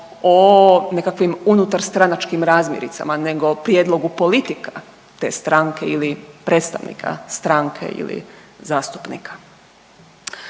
nekakvim unutarstranačkim razmiricama nego o prijedlogu politika te stranke ili predstavnika stranke ili zastupnika.